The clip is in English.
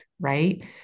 right